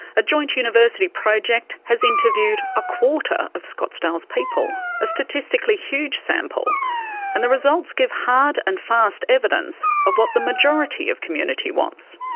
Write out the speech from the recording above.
a joint university project has interviewed a quarter of scottsdale's people a statistically huge sample and the results give hard and fast evidence of what the majority of community wants.